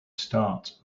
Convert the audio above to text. start